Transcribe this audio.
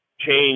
change